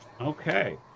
Okay